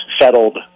settled –